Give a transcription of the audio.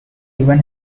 even